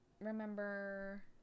remember